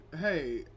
hey